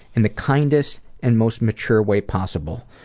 in the kindest and most mature way possible.